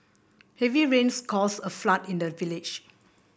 heavy rains caused a flood in the village